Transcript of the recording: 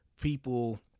people